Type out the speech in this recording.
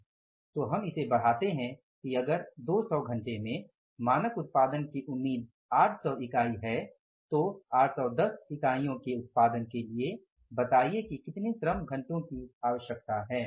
तो हम इसे बढाते है कि अगर 200 घंटे में मानक उत्पादन की उम्मीद 800 इकाई है तो 810 इकाइयों के उत्पादन के लिए बताईये कि कितने श्रम घंटो की आवश्यकता है